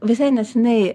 visai neseniai